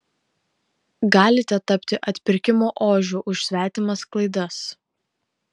galite tapti atpirkimo ožiu už svetimas klaidas